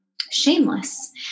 shameless